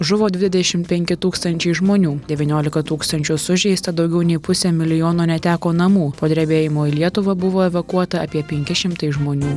žuvo dvidešimt penki tūkstančiai žmonių devyniolika tūkstančių sužeista daugiau nei pusė milijono neteko namų po drebėjimo į lietuvą buvo evakuota apie penki šimtai žmonių